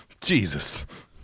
Jesus